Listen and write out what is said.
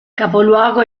capoluogo